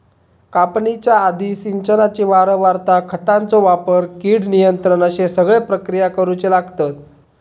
कापणीच्या आधी, सिंचनाची वारंवारता, खतांचो वापर, कीड नियंत्रण अश्ये सगळे प्रक्रिया करुचे लागतत